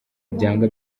byanga